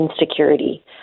insecurity